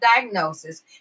diagnosis